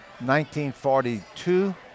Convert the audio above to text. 1942